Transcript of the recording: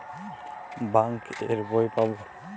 Bank এর বই পাবো?